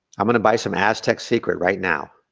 i'm gonna buy some aztec secret right now.